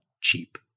cheap